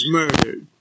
murdered